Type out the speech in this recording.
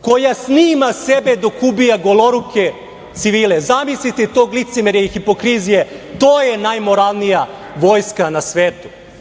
koja snima sebe dok ubija goloruke civile. Zamislite tog licemerja i hipokrizije, to je najmoralnija vojska na